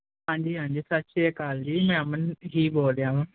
ਹਾਂਜੀ ਹਾਂਜੀ ਸਤਿ ਸ਼੍ਰੀ ਅਕਾਲ ਜੀ ਮੈਂ ਅਮਨ ਜੀ ਬੋਲ ਰਿਹਾ ਵਾਂ